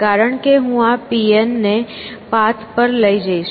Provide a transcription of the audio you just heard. કારણ કે હું આ Pn ને પાથ પર લઈ જઈશ